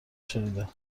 شنیدم